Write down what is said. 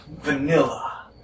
vanilla